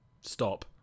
stop